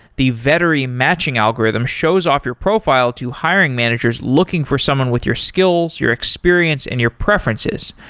the vettery matching algorithm shows off your profile to hiring managers looking for someone with your skills, your experience and your preferences.